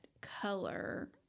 color